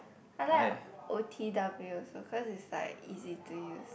I like o_t_w also cause is like easy to use